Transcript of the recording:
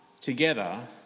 together